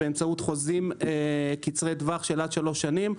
באמצעות חוזים קצרי טווח של עד שלוש שנים,